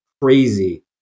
crazy